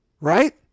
right